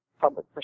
public